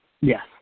Yes